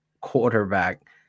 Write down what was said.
quarterback